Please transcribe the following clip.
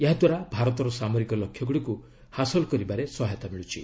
ଏହାଦ୍ୱାରା ଭାରତର ସାମରିକ ଲକ୍ଷ୍ୟ ଗୁଡ଼ିକୁ ହାସଲ କରିବାରେ ସହାୟତା ମିଳୁଛି